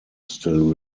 still